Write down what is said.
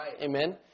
Amen